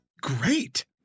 great